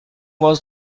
was